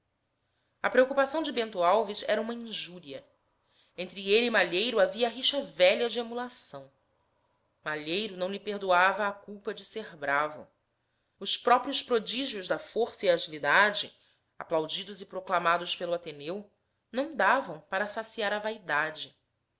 a preocupação de bento alves era uma injúria entre ele e malheiro havia rixa de velha de emulação malheiro não lhe perdoava a culpa de ser bravo os próprios prodígios da força e agilidade aplaudidos e proclamados pelo ateneu não davam para saciar a vaidade